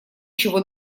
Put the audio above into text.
чего